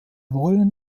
wollen